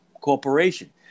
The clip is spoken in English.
corporation